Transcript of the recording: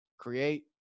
create